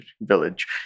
village